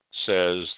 says